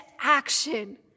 action